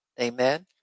Amen